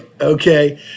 Okay